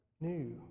new